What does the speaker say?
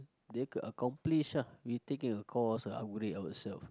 they acc~ accomplish ah we taking a course upgrade ourselves